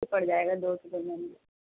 پڑ جائے گا دو کلو